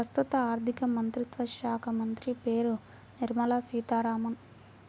ప్రస్తుత ఆర్థికమంత్రిత్వ శాఖామంత్రి పేరు నిర్మల సీతారామన్